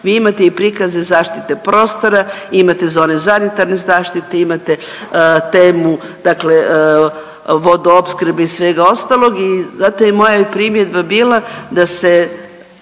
vi imate i prikaze zaštite prostora, imate za one …/Govornik se ne razumije/…zaštite, imate temu dakle vodoopskrbe i svega ostalog i zato je i moja primjedba bila da se